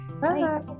Bye